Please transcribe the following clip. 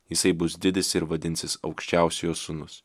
jisai bus didis ir vadinsis aukščiausiojo sūnus